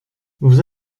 vous